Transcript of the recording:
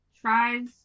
Tries